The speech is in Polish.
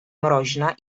mroźna